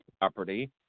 property